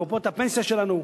מקופות הפנסיה שלנו,